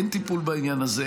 אין טיפול בעניין הזה.